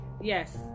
Yes